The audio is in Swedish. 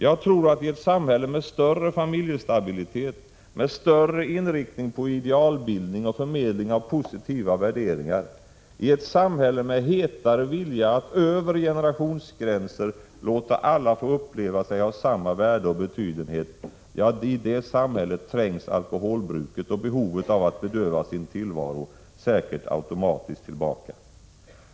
Jag tror att i ett samhälle med större familjestabilitet, med större inriktning på idealbildning och förmedling av positiva värderingar, med hetare vilja att över generationsgränser låta alla få uppleva sig ha samma värde och betydenhet, trängs alkoholbruket och behovet av att bedöva sin tillvaro automatiskt tillbaka.